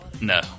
No